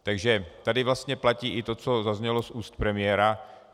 Takže tady vlastně platí i to, co zaznělo z úst premiéra.